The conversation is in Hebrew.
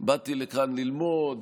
באתי לכאן ללמוד,